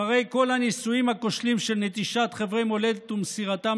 אחרי כל הניסויים הכושלים של נטישת חבלי מולדת ומסירתם